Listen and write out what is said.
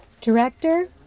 Director